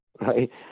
right